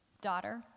Daughter